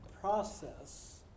process